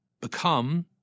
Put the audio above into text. become